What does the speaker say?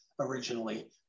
originally